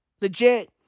Legit